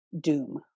doom